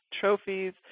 trophies